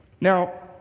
Now